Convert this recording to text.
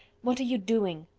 what are you doing?